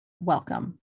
welcome